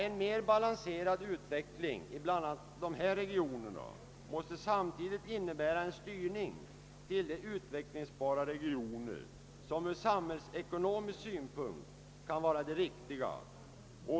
En mer balanserad utveckling i bl.a. de ifrågavarande områdena måste samtidigt innebära en styrning till de utvecklingsbara regioner som från samhällsekonomisk synpunkt kan anses vara lämpliga.